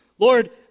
Lord